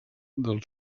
del